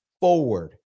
forward